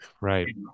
Right